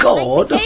God